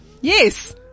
Yes